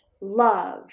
love